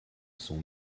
sont